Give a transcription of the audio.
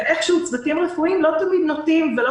אבל איכשהו צוותים רפואיים לא תמיד נוטים ולא